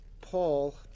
Paul